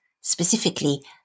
specifically